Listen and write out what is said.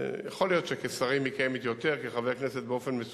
, למעלה מ-110 מיליון הלכו ליישובים לא-יהודיים.